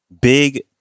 Big